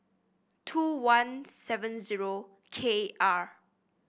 two one seven zero K R